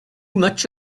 much